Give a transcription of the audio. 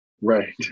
right